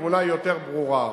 התמונה יותר ברורה,